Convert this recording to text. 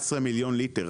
מדובר על 14 מיליון ליטר.